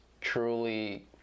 truly